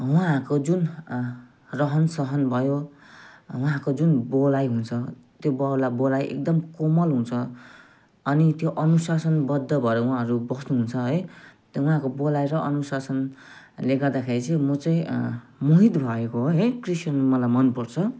उहाँहरूको जुन रहनसहन भयो उहाँहरूको जुन बोलाइ हुन्छ त्यो बोला बोलाइ एकदम कोमल हुन्छ अनि त्यो अनुशासनबद्ध भएर उहाँहरू बस्नुहुन्छ है उहाँहरूको बोलाइ र अनुशासन ले गर्दाखेरि चाहिँ म चाहिँ मोहित भएको हो है क्रिस्चियन मलाई मनपर्छ